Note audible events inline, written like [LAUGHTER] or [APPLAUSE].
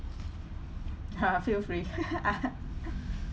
[LAUGHS] feel free [LAUGHS]